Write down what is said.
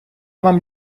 вам